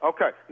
Okay